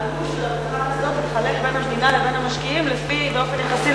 שהעלות של אבטחת האסדות תתחלק בין המדינה לבין המשקיעים באופן יחסי,